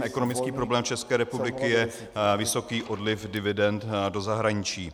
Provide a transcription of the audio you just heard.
Ekonomický problém České republiky je vysoký odliv dividend do zahraničí.